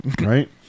Right